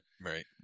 Right